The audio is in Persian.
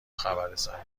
خبررسانی